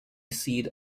seat